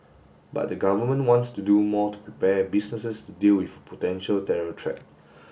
but the Government wants to do more to prepare businesses to deal with potential terror threat